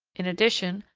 in addition,